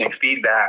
feedback